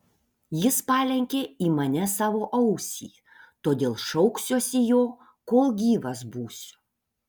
jis palenkė į mane savo ausį todėl šauksiuosi jo kol gyvas būsiu